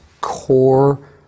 core